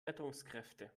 rettungskräfte